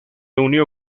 unió